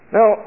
Now